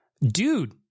Dude